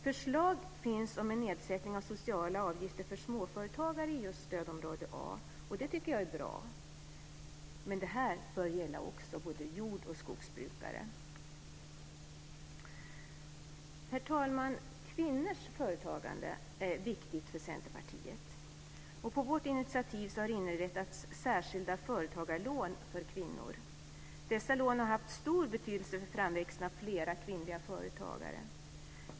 Förslag finns om en nedsättning av sociala avgifter för småföretagare i just stödområde A, och det tycker jag är bra, men det bör gälla också både jord och skogsbrukare. Herr talman! Kvinnors företagande är viktigt för Centerpartiet. På vårt initiativ har det inrättats särskilda företagarlån för kvinnor. Dessa lån har haft stor betydelse för framväxten av flera kvinnliga företagare.